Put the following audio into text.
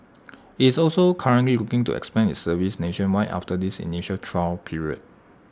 IT is also currently looking to expand its service nationwide after this initial trial period